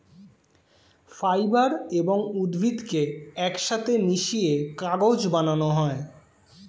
fibre এবং উদ্ভিদকে একসাথে মিশিয়ে কাগজ বানানো হয়